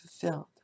fulfilled